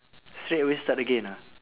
straight away start again ah